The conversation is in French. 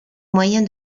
moyen